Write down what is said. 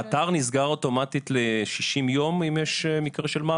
אתר נסגר אוטומטית ל-60 יום אם יש מקרה של מוות?